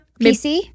PC